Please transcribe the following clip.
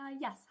yes